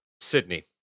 sydney